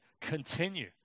continue